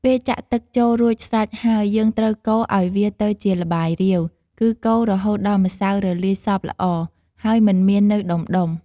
ពេលចាក់ទឹកចូលរួចស្រេចហើយ យើងត្រូវកូរឱ្យវាទៅជាល្បាយរាវ គឺកូររហូតដល់ម្សៅរលាយសព្វល្អ ហើយមិនមាននៅដំុៗ។